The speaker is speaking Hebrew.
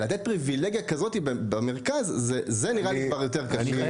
לתת פריבילגיה כזאת במרכז זה נראה לי כבר יותר קשה.